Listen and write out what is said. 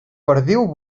perdiu